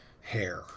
hair